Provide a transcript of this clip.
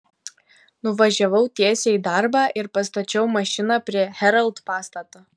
nuvažiavau tiesiai į darbą ir pastačiau mašiną prie herald pastato